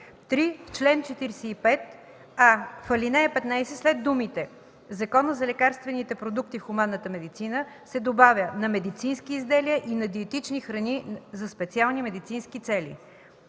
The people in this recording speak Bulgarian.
В чл. 45: а) в ал. 15 след думите „Закона за лекарствените продукти в хуманната медицина“ се добавя „на медицински изделия и на диетични храни за специални медицински цели“;